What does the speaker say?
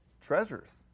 treasures